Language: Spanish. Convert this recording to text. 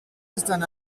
están